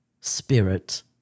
spirit